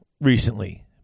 recently